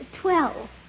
Twelve